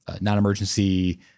non-emergency